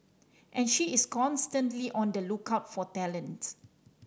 and she is constantly on the lookout for talent